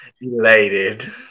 elated